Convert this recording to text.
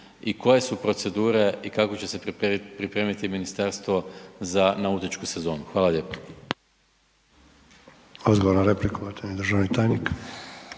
i koje su procedure i kako će se pripremiti ministarstvo za nautičku sezonu? Hvala lijepo. **Sanader, Ante (HDZ)** Odgovor na repliku, uvaženi državni tajnik.